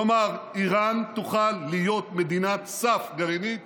כלומר, איראן תוכל להיות מדינת סף גרעינית